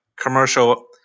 commercial